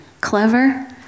clever